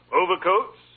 overcoats